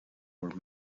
were